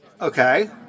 Okay